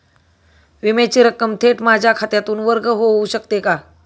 विम्याची रक्कम थेट माझ्या खात्यातून वर्ग होऊ शकते का?